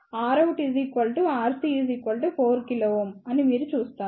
Rout RC 4 kΩ అని మీరు చూస్తారు